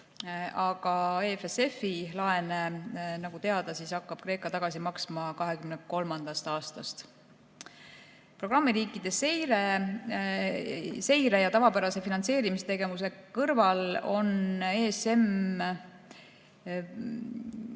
aga EFSF-i laene, nagu teada, hakkab Kreeka tagasi maksma 2023. aastast. Programmiriikide seire ja tavapärase finantseerimistegevuse kõrval on